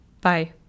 Bye